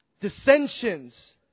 dissensions